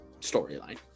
storyline